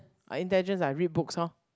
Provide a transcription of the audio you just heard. intelligence ah read books loh